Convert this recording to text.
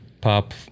pop